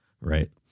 Right